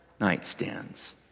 nightstands